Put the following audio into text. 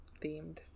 themed